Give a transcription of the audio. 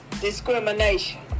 discrimination